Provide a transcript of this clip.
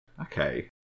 Okay